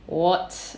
what